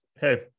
hey